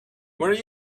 where